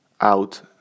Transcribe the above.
out